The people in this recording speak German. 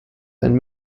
ein